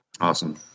Awesome